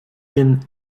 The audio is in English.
been